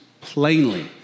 plainly